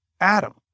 Adam